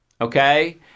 Okay